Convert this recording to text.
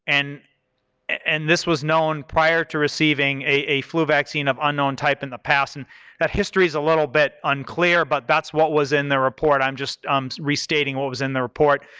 and and this was known prior to receiving a flu vaccine of unknown type in the past and that history is a little bit unclear, but that's what was in the report. i'm just restating what was in the report,